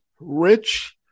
rich